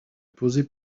poser